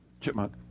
chipmunk